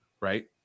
Right